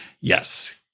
Yes